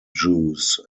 jews